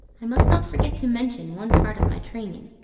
i must not forget to mention one part of my training,